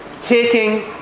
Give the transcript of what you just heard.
taking